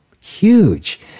huge